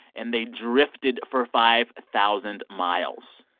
and they drifted for five thousand miles.